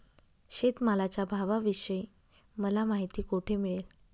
शेतमालाच्या भावाविषयी मला माहिती कोठे मिळेल?